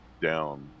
down